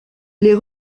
les